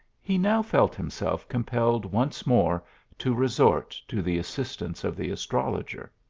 he now felt himself compelled once more to re sort to the assistance of the astrologer.